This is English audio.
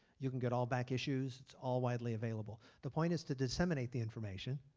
you can get all back issues. it's all widely available. the point is to disseminate the information.